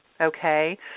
okay